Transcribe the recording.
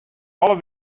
alle